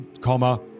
comma